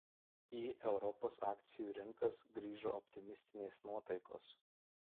į europos akcijų rinkas grįžo optimistinės nuotaikos